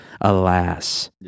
alas